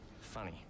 Funny